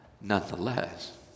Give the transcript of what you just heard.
nonetheless